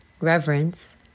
reverence